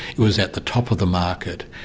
it was at the top of the market,